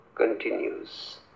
Continues